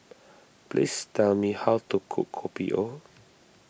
please tell me how to cook Kopi O